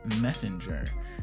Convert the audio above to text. messenger